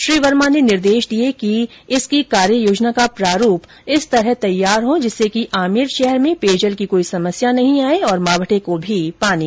श्री वर्मा ने निर्देश दिए कि इसकी कार्ययोजना का प्रारूप इस प्रकार तैयार हो जिससे कि आमेर शहर में पेयजल की कोई समस्या नहीं आए और मावठे को भी पानी उपलब्ध कराया जा सके